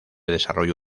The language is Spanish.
desarrollo